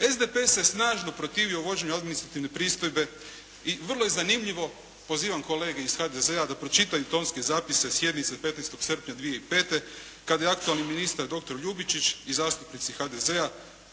SDP se je snažno protivio uvođenju administrativne pristojbe i vrlo je zanimljivo, pozivam kolege iz HDZ-a da pročitaju tonske zapise sjednice od 15. srpnja 2005. kada je aktualni ministar doktor Ljubičić i zastupnici HDZ-a,